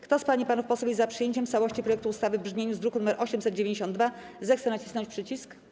Kto z pań i panów posłów jest za przyjęciem w całości projektu ustawy w brzmieniu z druku nr 892, zechce nacisnąć przycisk.